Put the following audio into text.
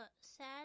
sad